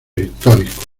históricos